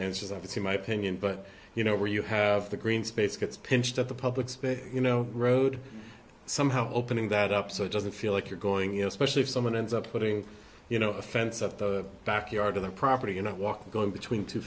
obviously my opinion but you know where you have the green space gets pinched at the public space you know road somehow opening that up so it doesn't feel like you're going you know especially if someone ends up putting you know a fence up the back yard of the property you know walk going between two